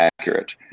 accurate